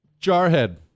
Jarhead